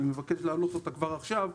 ואני מבקש להעלות אותה כבר עכשיו,